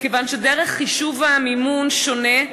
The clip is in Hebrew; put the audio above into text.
מכיוון שדרך חישוב המימון שונה,